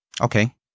Okay